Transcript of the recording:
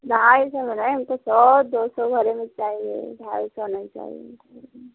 ढाई सौ में नहीं हमको सौ दो सौ भरे में चाहिए ढाई सौ नहीं चाहिए